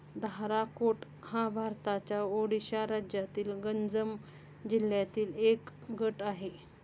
धाराकोट हा भारताच्या ओडिशा राज्यातील गंजम जिल्ह्यातील एक गट आहे